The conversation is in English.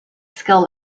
skill